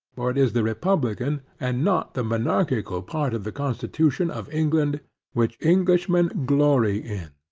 for it is the republican and not the monarchical part of the constitution of england which englishmen glory in,